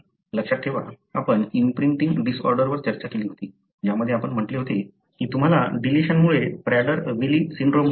लक्षात ठेवा आपण इम्प्रिंटिंग डिसऑर्डरवर चर्चा केली होती ज्यामध्ये आपण म्हटले होते की तुम्हाला डिलिशनमुळे प्रॅडर विलिसिंड्रोम होतो